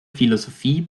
philosophie